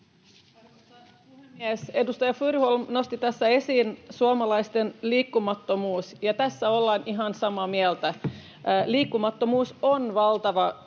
Arvoisa puhemies! Edustaja Furuholm nosti tässä esiin suomalaisten liikkumattomuuden, ja tässä ollaan ihan samaa mieltä. Liikkumattomuus on valtava